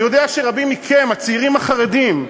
אני יודע שרבים מכם, הצעירים החרדים,